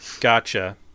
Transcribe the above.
Gotcha